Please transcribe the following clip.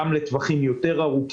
גם לטווחים ארוכים יותר,